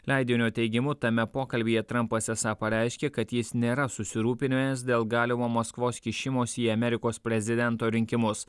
leidinio teigimu tame pokalbyje trampas esą pareiškė kad jis nėra susirūpinęs dėl galimo maskvos kišimosi į amerikos prezidento rinkimus